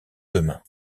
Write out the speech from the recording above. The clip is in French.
demain